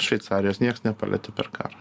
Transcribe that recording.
šveicarijos nieks nepalietė per karą